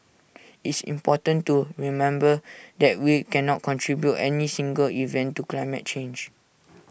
it's important to remember that we cannot attribute any single event to climate change